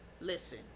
listen